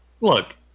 Look